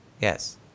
Yes